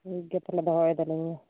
ᱴᱷᱤᱠ ᱜᱮᱭᱟ ᱛᱟᱦᱚᱞᱮ ᱫᱚᱦᱚᱭᱮᱫᱟᱞᱤᱧ ᱢᱟ